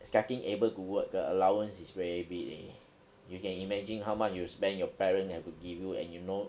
starting able to work the allowance is very big eh you can imagine how much you spend your parents never give you and you know